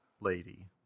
Lady